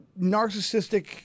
narcissistic